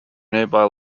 nearby